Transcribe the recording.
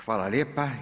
Hvala lijepo.